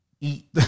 eat